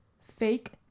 fake